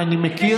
אבל אני מכיר.